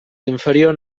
inferior